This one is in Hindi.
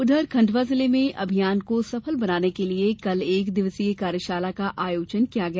उधर खंडवा जिले में अभियान को सफल बनाने के लिए कल एक दिवसीय कार्यशाला का आयोजन किया गया